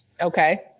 Okay